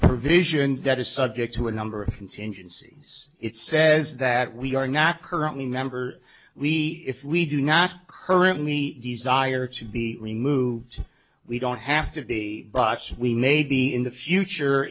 provision that is subject to a number of contingencies it says that we are not currently members we if we do not currently desire to be removed we don't have to be bucks we may be in the future